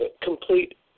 complete